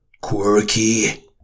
quirky